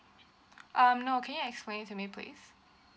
um no can you explain to me please